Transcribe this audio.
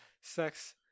sex